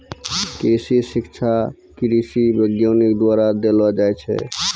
कृषि शिक्षा कृषि वैज्ञानिक द्वारा देलो जाय छै